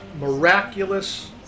miraculous